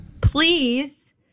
Please